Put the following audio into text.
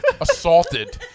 assaulted